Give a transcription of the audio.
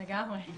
לגמרי.